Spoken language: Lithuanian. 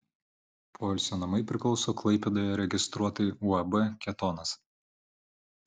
poilsio namai priklauso klaipėdoje registruotai uab ketonas